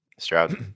Stroud